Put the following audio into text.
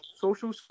social